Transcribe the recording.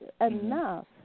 enough